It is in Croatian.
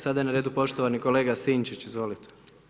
Sada je na redu poštovani kolega Sinčić, izvolite.